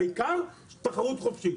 העיקר תחרות חופשית.